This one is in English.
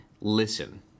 listen